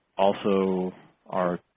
also are